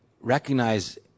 recognize